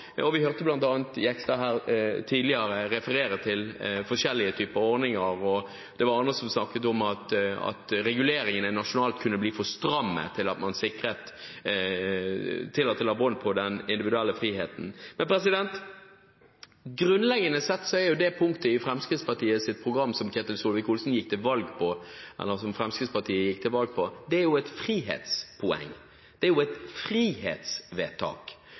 engasjement? Vi hørte bl.a. Jegstad her tidligere referere til forskjellige typer ordninger, og det var andre som snakket om at reguleringene nasjonalt kunne bli for stramme til at de sikret, men la bånd på, den individuelle friheten. Grunnleggende sett er det punktet i Fremskrittspartiets program som Ketil Solvik-Olsen gikk til valg på – eller som Fremskrittspartiet gikk til valg på – et frihetspoeng. Det er et frihetsvedtak,